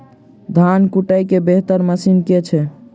धान कुटय केँ बेहतर मशीन केँ छै?